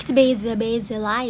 it's a beza berbeza